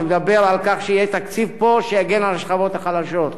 שמדבר על כך שיהיה פה תקציב שיגן על השכבות החלשות.